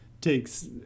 takes